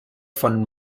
von